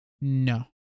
No